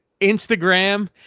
Instagram